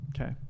Okay